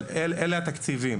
אבל אלה התקציבים.